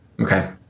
Okay